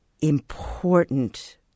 important